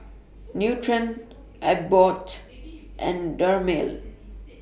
Nutren Abbott and Dermale